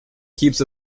keeps